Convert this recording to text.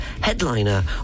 headliner